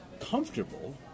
comfortable